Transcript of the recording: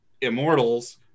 immortals